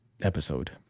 episode